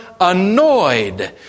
annoyed